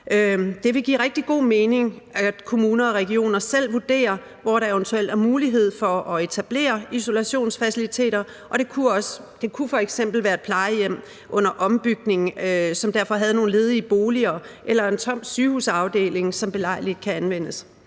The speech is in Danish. Det vil give rigtig god mening, at kommuner og regioner selv vurderer, hvor der eventuelt er mulighed for at etablere isolationsfaciliteter, og det kunne f.eks. være et plejehjem under ombygning, som derfor havde nogle ledige boliger, eller en tom sygehusafdeling, som belejligt kan anvendes.